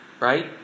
Right